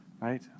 right